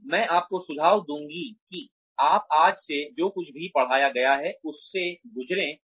लेकिन मैं आपको सुझाव दूंगी कि आप आज से जो कुछ भी पढ़ाया गया है उससे गुज़रे